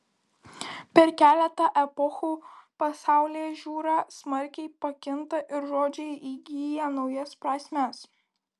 per keletą epochų pasaulėžiūra smarkiai pakinta ir žodžiai įgyja naujas prasmes